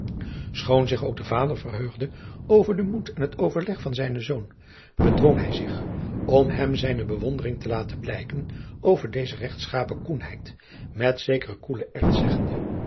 schoon zich ook de vader verheugde over den moed en het overleg van zijnen zoon bedwong hij zich om hem zijne bewondering te laten blijken over deze regtschapen koenheid met zekeren koelen ernst zeggende